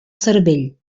cervell